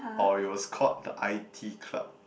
or it was called the i_t club